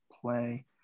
play